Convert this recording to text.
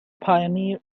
pioneer